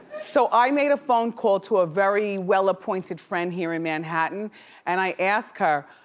so i made a phone call to a very well-appointed friend here in manhattan and i ask her,